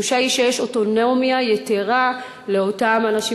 התחושה היא שיש אוטונומיה יתרה לאותם אנשים